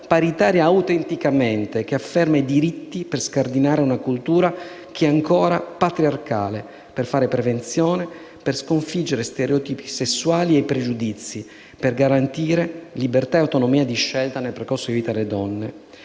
paritaria e che affermi i diritti, per scardinare una cultura che è ancora patriarcale, per fare prevenzione, per sconfiggere stereotipi sessuali e pregiudizi, per garantire le libertà e l'autonomia di scelta nel percorso di vita delle donne.